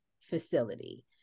facility